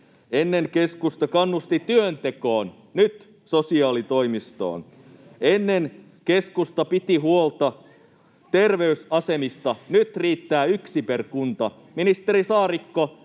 Ennen keskusta kannusti työntekoon, nyt sosiaalitoimistoon. Ennen keskusta piti huolta terveysasemista, nyt riittää yksi per kunta. Ministeri Saarikko,